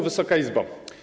Wysoka Izbo!